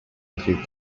include